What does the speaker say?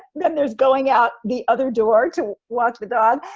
then there's going out the other door to walk the dog.